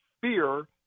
fear